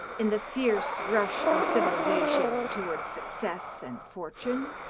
in the fierce rush of civilization toward success and fortune,